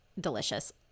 delicious